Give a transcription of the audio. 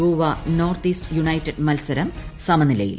Goa north east united മത്സരം സമനിലയിൽ